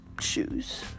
shoes